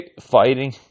fighting